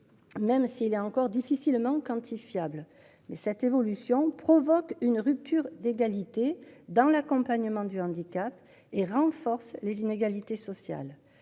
Même si là encore difficilement quantifiables mais cette évolution provoque une rupture d'égalité dans l'accompagnement du handicap et renforce les inégalités sociales.